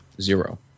Zero